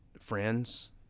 friends